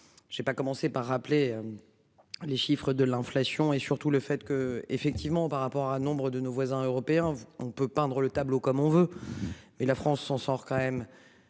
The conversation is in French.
J'ai pas commencé par rappeler. Les chiffres de l'inflation et surtout le fait que, effectivement, par rapport à nombre de nos voisins européens, on peut peindre le tableau comme on veut. Mais la France s'en sort quand même.